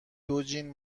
دوجین